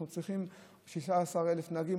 אנחנו צריכים 16,000 נהגים,